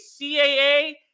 CAA